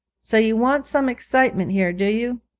so you want some excitement here, do you?